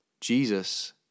Jesus